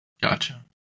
gotcha